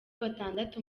batandatu